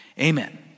Amen